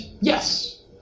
yes